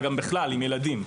אלא בכלל עם ילדים.